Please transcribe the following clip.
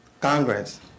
Congress